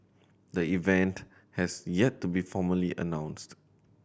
the event has yet to be formally announced